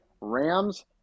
Rams